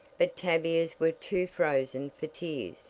but tavia's were too frozen for tears.